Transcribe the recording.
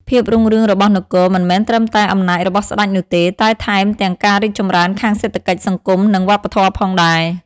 ភាពរុងរឿងរបស់នគរមិនមែនត្រឹមតែអំណាចរបស់ស្តេចនោះទេ តែថែមទាំងការរីកចម្រើនខាងសេដ្ឋកិច្ច សង្គម និងវប្បធម៌ផងដែរ។